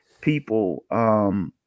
people